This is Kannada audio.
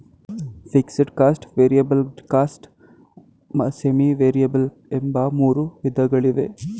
fixed cost, variable cost, semi variable ಎಂಬ ಮೂರು ವಿಧಗಳಿವೆ